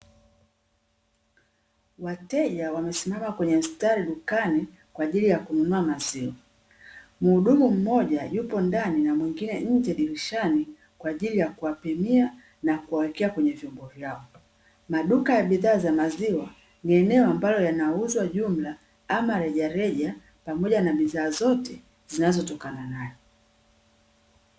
Wateja wamesimama kwenye mstari dukani kwa ajili ya kununua maziwa, mhudumu mmoja yupo ndani na mwingine nje dirishani, kwa ajili ya kuwapimia na kuwawekea kwenye vyombo vyao. Maduka ya bidhaa za maziwa ni eneo ambalo yanauzwa jumla ama rejareja, pamoja na bidhaa zote zinazotokana nayo.